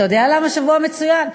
אתה יודע למה שבוע מצוין?